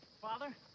Father